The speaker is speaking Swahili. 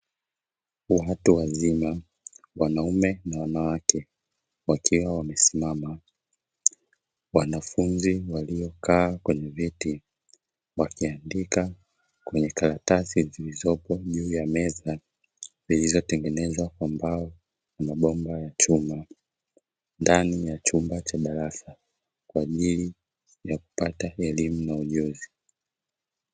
Watu wazima, wanaume na wanawake wakiwa wamesimama, wanafunzi waliokaa kwenye viti wakiandika kwenye karatasi zilizopo juu ya meza, zilizotengenezwa kwa mbao na mabomba ya chuma ndani ya chumba cha darasa kwa ajili ya kupata elimu na ujuzi.